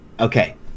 Okay